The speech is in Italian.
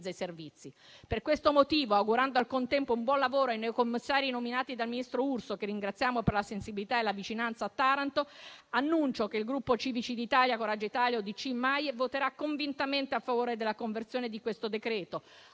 i servizi. Per questo motivo, augurando al contempo un buon lavoro ai neo commissari nominati dal ministro Urso, che ringraziamo per la sensibilità e la vicinanza a Taranto, annuncio che il Gruppo Civici d'Italia-Noi Moderati (UDC-Coraggio Italia-Noi con l'Italia-Italia al Centro)-MAIE voterà convintamente a favore della conversione di questo decreto.